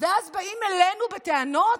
ואז באים אלינו בטענות: